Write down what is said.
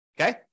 Okay